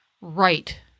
right